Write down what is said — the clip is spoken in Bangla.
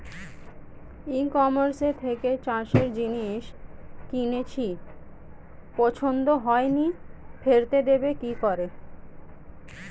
ই কমার্সের থেকে চাষের জিনিস কিনেছি পছন্দ হয়নি ফেরত দেব কী করে?